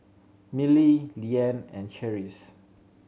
Milly Leanne and Cherise